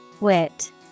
Wit